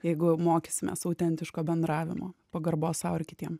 jeigu mokysimės autentiško bendravimo pagarbos sau ir kitiem